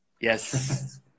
Yes